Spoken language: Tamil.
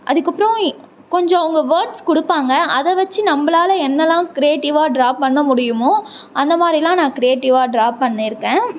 அதுக்கு அப்புறம் கொஞ்சம் அவங்க வேர்ட்ஸ் கொடுப்பாங்க அதை வச்சு நம்பளால் என்னெல்லாம் க்ரியேட்டிவாக ட்ரா பண்ண முடியுமோ அந்த மாதிரிலாம் நான் க்ரியேட்டிவாக ட்ரா பண்ணி இருக்கேன்